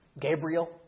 Gabriel